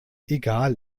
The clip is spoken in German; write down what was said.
egal